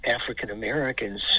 african-americans